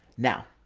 now.